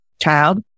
child